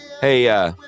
Hey